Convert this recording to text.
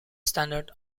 standard